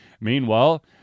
Meanwhile